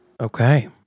Okay